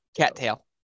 Cattail